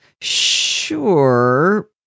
Sure